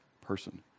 person